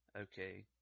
okay